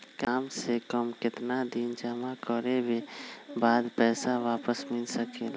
काम से कम केतना दिन जमा करें बे बाद पैसा वापस मिल सकेला?